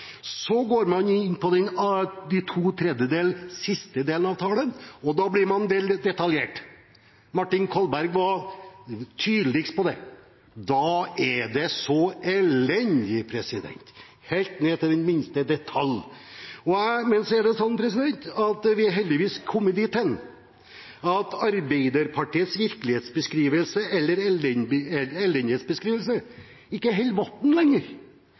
Så går man over på de to siste tredjedelene av talen, og da blir man veldig detaljert. Martin Kolberg var tydeligst på det. Da er det så elendig – helt ned til den minste detalj. Jeg må si det sånn at vi er heldigvis kommet dit hen at Arbeiderpartiets virkelighetsbeskrivelse, eller elendighetsbeskrivelse, ikke holder vann lenger.